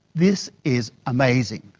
this is amazing.